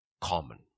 common